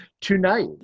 Tonight